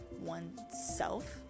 oneself